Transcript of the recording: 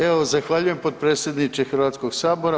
Evo zahvaljujem potpredsjedniče Hrvatskoga sabora.